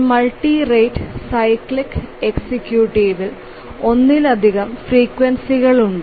ഒരു multi rate cyclic എക്സിക്യൂട്ടീവിൽ ഒന്നിലധികം ഫ്രീക്വൻസികളുണ്ട്